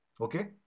Okay